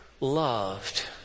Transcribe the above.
loved